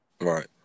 Right